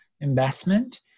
investment